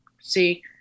see